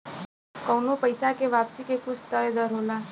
कउनो पइसा के वापसी के कुछ तय दर होला